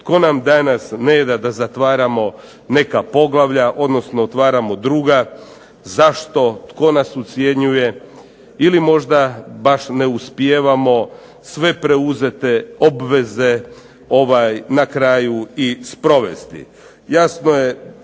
tko nam danas ne da da zatvaramo neka poglavlja, odnosno otvaramo druga, zašto tko nas ucjenjuje, ili možda baš ne uspijevamo sve preuzete obveze na kraju i sprovesti. Jasno je